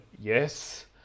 Yes